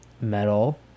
Metal